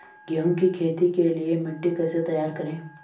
गेहूँ की खेती के लिए मिट्टी कैसे तैयार करें?